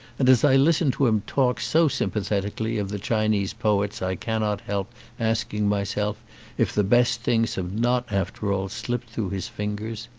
and as i listen to him talk so sympathetically of the chinese poets i cannot help asking myself if the best things have not after all slipped through his fingers.